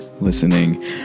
listening